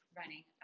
running